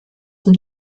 zum